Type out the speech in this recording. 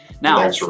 Now